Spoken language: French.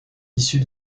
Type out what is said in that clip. issus